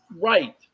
right